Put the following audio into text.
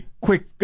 quick